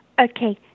Okay